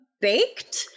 baked